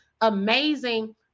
amazing